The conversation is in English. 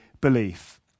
belief